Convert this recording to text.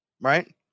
Right